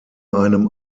einem